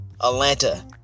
Atlanta